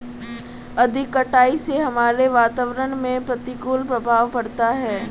अधिक कटाई से हमारे वातावरण में प्रतिकूल प्रभाव पड़ता है